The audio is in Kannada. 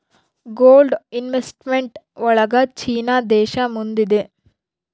ಗೋಲ್ಡ್ ಇನ್ವೆಸ್ಟ್ಮೆಂಟ್ ಒಳಗ ಚೀನಾ ದೇಶ ಮುಂದಿದೆ